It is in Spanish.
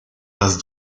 las